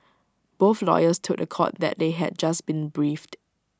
both lawyers told The Court that they had just been briefed